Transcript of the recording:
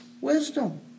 wisdom